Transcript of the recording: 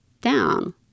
down